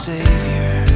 Savior